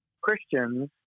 Christians